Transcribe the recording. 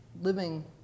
living